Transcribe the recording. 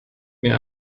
mir